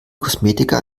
kosmetika